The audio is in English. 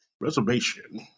reservation